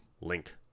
link